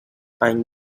any